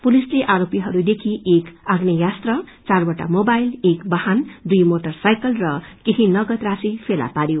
पुलिसले आरोपीहरूदेखि एक आग्नेयास्त्र चारवटा मोबाइल एक वाहन दुई मोटर साइकल र केही नगद राशि फेला पार्यो